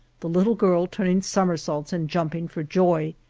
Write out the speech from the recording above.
the little girl turning somersaults and jumping for joy,